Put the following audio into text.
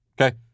okay